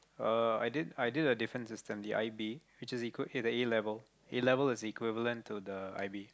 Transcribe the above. err i did i did a different system the i_b which is equal to the A-level A-level is equivalent to the i_b